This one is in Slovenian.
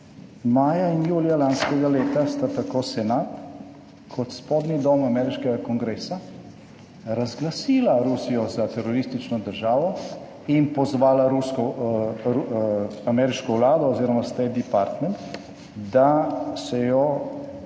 Maja in julija lanskega leta sta tako senat kot spodnji dom ameriškega kongresa razglasila Rusijo za teroristično državo in pozvala ameriško vlado oziroma State Deparment, da se jo tudi